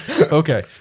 okay